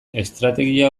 estrategia